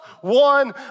one